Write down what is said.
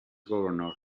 governor